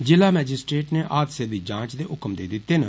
जिला मैजिस्ट्रेट नै हादसे दी जांच दे हुक्म देई दित्ते न